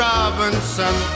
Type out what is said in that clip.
Robinson